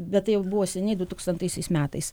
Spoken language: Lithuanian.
bet tai jau buvo seniai dutūkstantaisiais metais